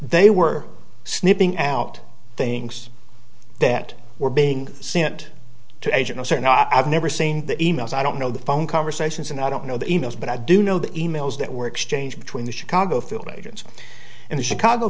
they were snipping out things that were being sent to agents are not i've never seen the e mails i don't know the phone conversations and i don't know the e mails but i do know the e mails that were exchanged between the chicago field agents and the chicago